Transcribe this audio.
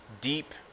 deep